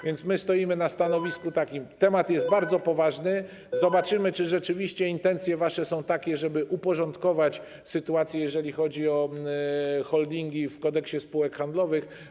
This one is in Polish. A więc my stoimy na stanowisku takim - sprawa jest bardzo poważna, zobaczymy, czy rzeczywiście intencje wasze są takie, żeby uporządkować sytuację, jeżeli chodzi o holdingi, w Kodeksie spółek handlowych.